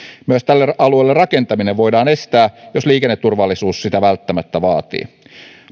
myös tälle alueelle rakentaminen voidaan estää jos liikenneturvallisuus sitä välttämättä vaatii